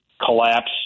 collapse